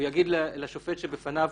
הוא יגיד לשופט שלידו